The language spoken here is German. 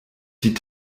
die